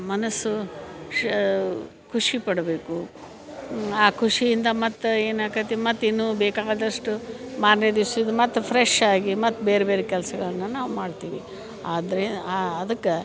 ಮನಸ್ಸು ಷ್ ಖುಷಿಪಡಬೇಕು ಆ ಖುಷಿಯಿಂದ ಮತ್ತು ಏನಾಕತಿ ಮತ್ತು ಇನ್ನೂ ಬೇಕಾದಷ್ಟು ಮಾರನೇ ದಿವ್ಸದ ಮತ್ತೆ ಫ್ರೆಶ್ ಆಗಿ ಮತ್ತೆ ಬೇರೆ ಬೇರೆ ಕೆಲಸಗಳನ್ನ ನಾವು ಮಾಡ್ತೀವಿ ಆದರೆ ಅದಕ್ಕೆ